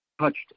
touched